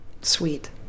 Sweet